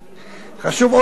חשוב עוד לציין,